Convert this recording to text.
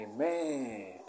Amen